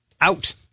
out